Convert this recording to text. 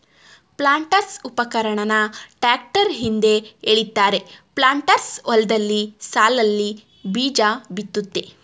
ಪ್ಲಾಂಟರ್ಸ್ಉಪಕರಣನ tractor ಹಿಂದೆ ಎಳಿತಾರೆ planters ಹೊಲ್ದಲ್ಲಿ ಸಾಲ್ನಲ್ಲಿ ಬೀಜಬಿತ್ತುತ್ತೆ